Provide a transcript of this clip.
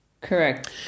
Correct